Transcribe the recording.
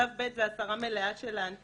שלב ב' זה הסרה מלאה של האנטנה.